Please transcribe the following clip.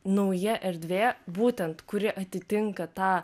nauja erdvė būtent kuri atitinka tą